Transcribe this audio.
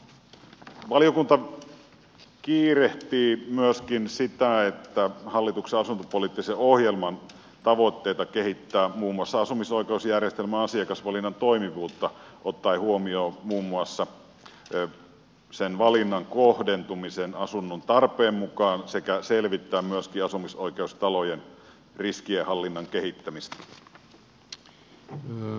valiokunta kiirehtii myöskin hallituksen asuntopoliittisen ohjelman tavoitteita kehittää muun muassa asumisoikeusjärjestelmän asukasvalinnan toimivuutta ottaen huomioon muun muassa valinnan kohdentumisen asunnon tarpeen mukaan sekä selvittää myöskin asumisoikeustalojen riskienhallinnan kehittämistä